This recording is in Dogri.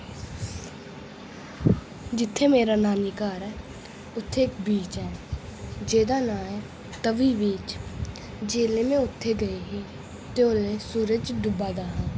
जित्थै मेरा नानी घर ऐ उत्थै इक बीच ऐ जेह्दा नां ऐ तवी बिच जेल्लै में उत्थै गेई ही ते ओल्लै सूरज डुब्बा दा हा